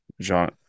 Jean